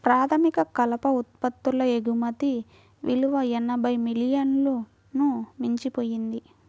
ప్రాథమిక కలప ఉత్పత్తుల ఎగుమతి విలువ ఎనభై మిలియన్లను మించిపోయింది